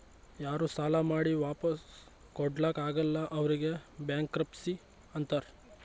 ಯಾರೂ ಸಾಲಾ ಮಾಡಿ ವಾಪಿಸ್ ಕೊಡ್ಲಾಕ್ ಆಗಲ್ಲ ಅವ್ರಿಗ್ ಬ್ಯಾಂಕ್ರಪ್ಸಿ ಅಂತಾರ್